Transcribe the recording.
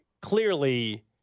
clearly